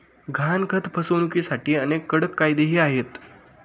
गहाणखत फसवणुकीसाठी अनेक कडक कायदेही आहेत